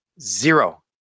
Zero